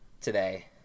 today